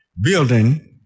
building